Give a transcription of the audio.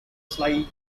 slightly